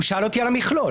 הוא שאל אותי על המכלול.